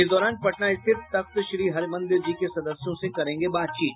इस दौरान पटना स्थित तख्त श्री हरिमंदिर जी के सदस्यों से करेंगे बातचीत